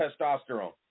testosterone